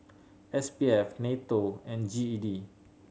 S P F NATO and G E D